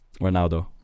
Ronaldo